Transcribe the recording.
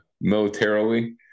militarily